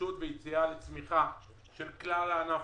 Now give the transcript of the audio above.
התאוששות ויציאה וצמיחה של כללה ענף,